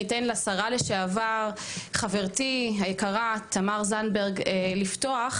אתן לשרה לשעבר חברתי היקרה תמר זנדברג לפתוח,